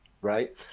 right